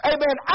Amen